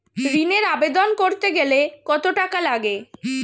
ঋণের আবেদন করতে গেলে কত টাকা লাগে?